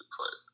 put